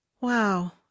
Wow